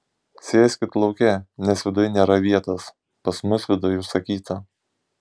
sėskit lauke nes viduj nėra vietos pas mus viduj užsakyta